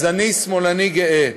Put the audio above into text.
אז אני שמאלני גאה,